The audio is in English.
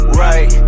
right